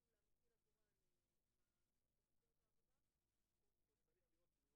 לא, אבל מתייחסים בסעיף